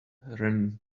ran